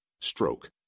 Stroke